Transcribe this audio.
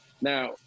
Now